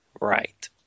right